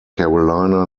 carolina